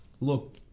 Look